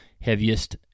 heaviest